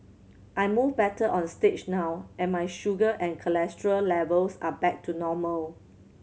I move better on stage now and my sugar and cholesterol levels are back to normal